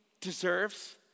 deserves